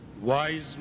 wise